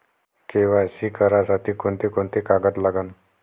KYC करासाठी कोंते कोंते कागद लागन?